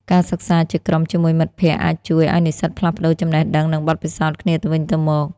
ការសិក្សាជាក្រុមជាមួយមិត្តភ័ក្តិអាចជួយឱ្យនិស្សិតផ្លាស់ប្តូរចំណេះដឹង និងបទពិសោធន៍គ្នាទៅវិញទៅមក។